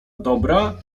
dobra